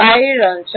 বাইরের অঞ্চল